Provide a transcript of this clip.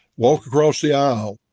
walk across the aisle.